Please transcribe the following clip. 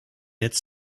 its